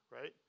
right